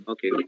Okay